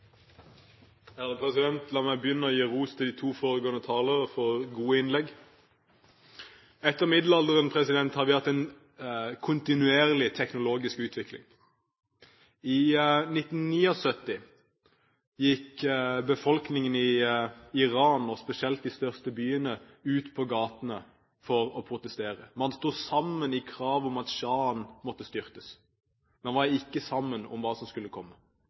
vi hatt en kontinuerlig teknologisk utvikling. I 1979 gikk befolkningen i Iran, og spesielt i de største byene, ut på gatene for å protestere. Man sto sammen i kravet om at sjahen måtte styrtes, men man var ikke sammen om hva som skulle komme.